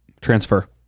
Transfer